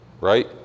right